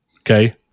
Okay